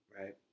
right